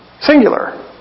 Singular